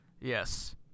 Yes